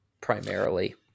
primarily